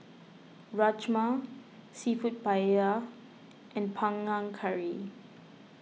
Rajma Seafood Paella and Panang Curry